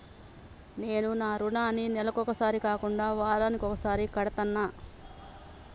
నేను నా రుణాన్ని నెలకొకసారి కాకుండా వారానికోసారి కడ్తన్నా